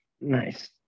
nice